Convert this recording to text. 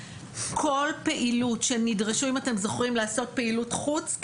כל פעילות שנדרשו אם אתם זוכרים לעשות פעילות חוץ,